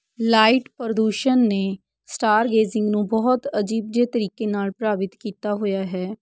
light ਪ੍ਰਦੂਸ਼ਣ ਨੇ stargazing ਨੂੰ ਬਹੁਤ ਅਜੀਬ ਜਿਹੇ ਤਰੀਕੇ ਨਾਲ ਪ੍ਰਭਾਵਿਤ ਕੀਤਾ ਹੋਇਆ ਹੈ